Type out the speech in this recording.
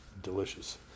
delicious